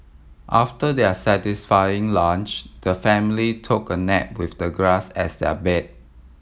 after their satisfying lunch the family took a nap with the grass as their bed